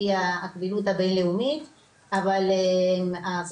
ועל פי הקבילות הבינ"א,